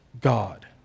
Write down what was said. God